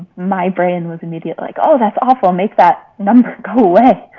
my brain was immediate, like. oh, that's awful. make that number go away.